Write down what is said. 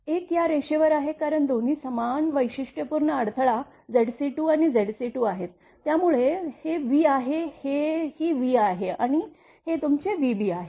एक या रेषेवर आहे कारण दोन्ही समान वैशिष्ट्यपूर्ण अडथळा Zc2आणि Zc2 आहेत त्यामुळे हे v आहे हे ही v आहे आणि हे तुमची vb आहे